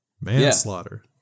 Manslaughter